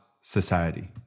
society